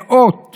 מאות